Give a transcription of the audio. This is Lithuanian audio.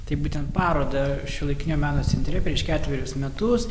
taip būtent parodą šiuolaikinio meno centre prieš ketverius metus